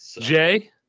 jay